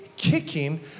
kicking